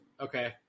Okay